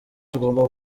tugomba